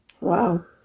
Wow